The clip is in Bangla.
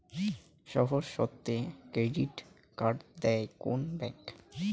সহজ শর্তে ক্রেডিট কার্ড দেয় কোন ব্যাংক?